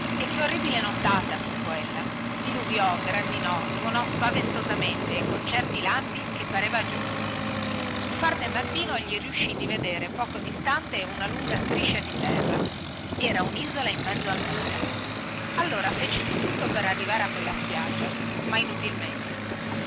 e che orribile nottata fu quella diluviò grandinò tuonò spaventosamente e con certi lampi che pareva di giorno sul far del mattino gli riuscì di vedere poco distante una lunga striscia di terra era unisola in mezzo al mare allora fece di tutto per arrivare a quella spiaggia ma inutilmente